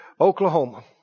Oklahoma